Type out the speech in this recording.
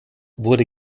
wurde